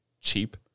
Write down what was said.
cheap